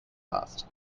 last